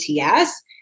ATS